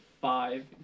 five